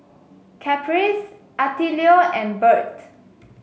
Caprice Attilio and Bert